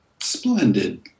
Splendid